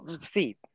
See